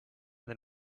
then